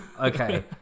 Okay